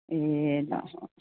ए